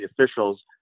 officials